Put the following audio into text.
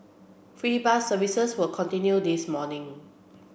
free bus services will continue this morning